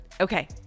Okay